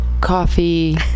coffee